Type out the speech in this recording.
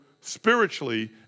spiritually